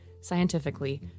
scientifically